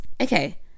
Okay